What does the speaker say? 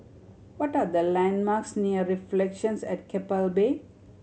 what are the landmarks near Reflections at Keppel Bay